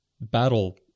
battle